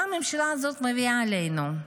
מה הממשלה הזאת מביאה עלינו?